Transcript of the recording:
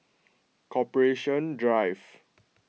Corporation Drive